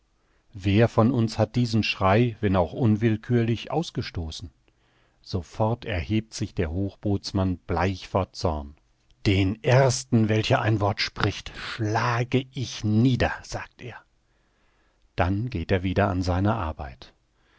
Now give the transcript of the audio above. wer von uns hat diesen schrei wenn auch unwillkürlich ausgestoßen sofort erhebt sich der hochbootsmann bleich vor zorn den ersten welcher ein wort spricht schlage ich nieder sagt er dann geht er wieder an seine arbeit